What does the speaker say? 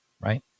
Right